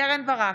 קרן ברק,